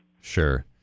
Sure